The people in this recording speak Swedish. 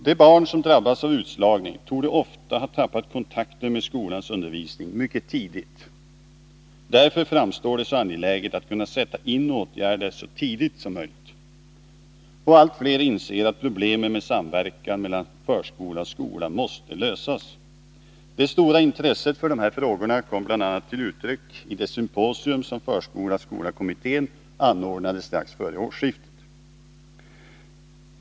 De barn som drabbas av utslagning torde ofta ha tappat kontakten med skolans undervisning mycket tidigt. Därför framstår det som så angeläget att man kan sätta in åtgärder så tidigt som möjligt. Allt fler inser att problemen med samverkan mellan förskola och skola måste lösas. Det stora intresset för dessa frågor kom bl.a. till uttryck i det symposium som förskola-skola-kommittén anordnade strax före årsskiftet.